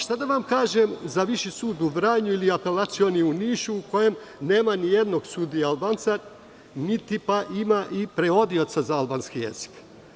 Šta da vam kažem za Viši sud u Vranju ili Apelacioni u Nišu, u kojem nema ni jednog sudije Albanca, niti pak ima i prevodioca za albanski jezik?